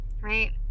Right